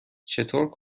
چطور